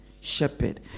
shepherd